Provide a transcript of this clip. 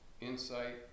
insight